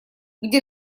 где